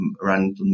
run